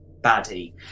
baddie